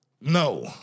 no